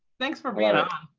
thanks for being